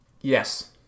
Yes